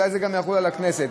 מה עם הניירת של הכנסת?